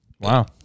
Wow